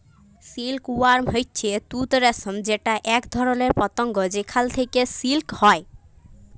silk worm হচ্যে তুত রেশম যেটা এক ধরণের পতঙ্গ যেখাল থেক্যে সিল্ক হ্যয়